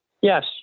Yes